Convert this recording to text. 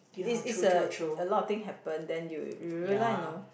is is a a lot of thing happen then you you realise know